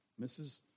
Mrs